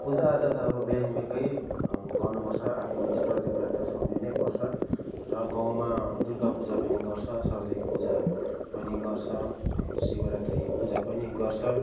पूजाआजा त अब बिहान बेलुकै गर्नुपर्छ आफ्नो इष्टदेवलाई त सम्झिनै पर्छ र गाउँमा दुर्गा पूजा पनि गर्छ सरस्वती पूजा पनि गर्छ अनि शिवरात्री पूजा पनि गर्छ